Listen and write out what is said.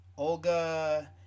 Olga